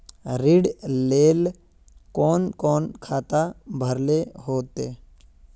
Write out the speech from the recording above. ऋण लेल कोन कोन खाता भरेले होते?